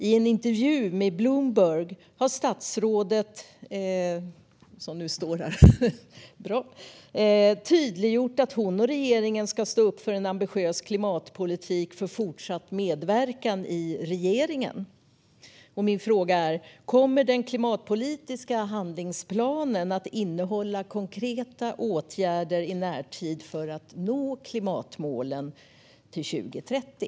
I en intervju med Bloomberg har statsrådet Pourmokhtari tydliggjort att hon och regeringen ska stå upp för en ambitiös klimatpolitik för fortsatt medverkan i regeringen. Min fråga är: Kommer den klimatpolitiska handlingsplanen att innehålla konkreta åtgärder i närtid för att nå klimatmålen till 2030?